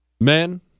Men